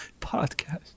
podcast